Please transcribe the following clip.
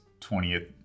20th